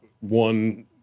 one